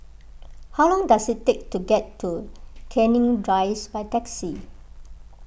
how long does it take to get to Canning Rise by taxi